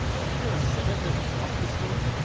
wasn't there a senator shot this morning?